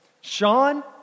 Sean